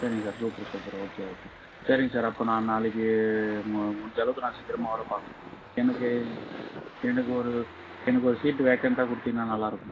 சரிங்க sir super super okay okay சரிங்க sir அப்போது நான் நாளைக்கு மு முடிஞ்ச அளவுக்கு நான் சீக்கிரமா வர பார்க்கறேன் எனக்கு எனக்கு ஒரு எனக்கு ஒரு சீட்டு வேக்கண்ட்டாக கொடுத்திங்கனா நல்லாயிருக்கும்